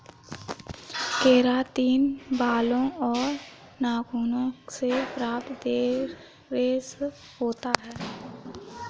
keratin बालों और नाखूनों से प्राप्त रेशा होता है